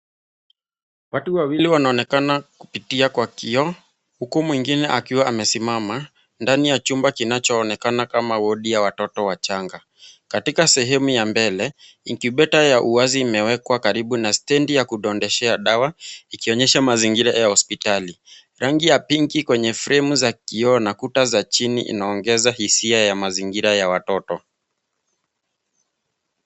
Watu wawili wanaonekana kupitia kwa kioo huku mwingine akiwa amesimama ndani ya chumba kinachoonekana kama wodi ya watoto wachanga. Katika sehemu ya mbele incubator ya wazi imewekwa karibu na stendi ya kudondoshea dawa ikionyesha mazingira ya hospitali. Rangi ya pinki kwenye fremu za kioo na kuta za chini inaongeza hisia ya mazingira ya watoto.